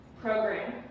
program